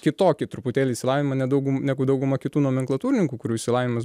kitokį truputėlį išsilavinimą ne daugu negu dauguma kitų nomenklatūrininkų kurių išsilavinimas